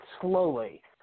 slowly